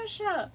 and then